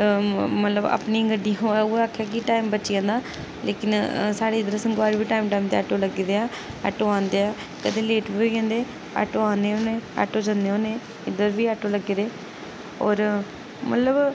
मतलब अपनी गड्डी होऐ उऐ आखेआ कि टाइम बची जंदा लेकिन साढ़े इद्धर संगवाल बी टाइम टाइम दे आटो लग्गे दे ऐ आटो आंदे ऐ कदें लेट बी होई जंदे आटो आन्ने होन्ने आटो जन्ने होन्ने इद्धर बी आटो लग्गे दे होर मतलब